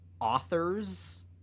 authors